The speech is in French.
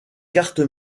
cartes